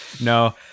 no